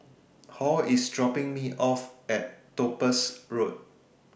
Hall IS dropping Me off At Topaz Road